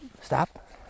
stop